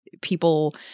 people